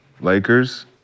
Lakers